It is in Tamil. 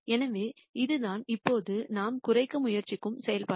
எனவே இதுதான் இப்போது நாம் குறைக்க முயற்சிக்கும் செயல்பாடு